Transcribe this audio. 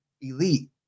elite